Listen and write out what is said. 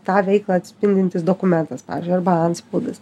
tą veiklą atspindintis dokumentas pavyzdžiui arba antspaudas